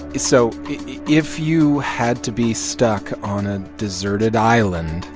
so if you had to be stuck on a deserted island,